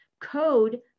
code